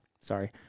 Sorry